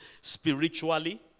spiritually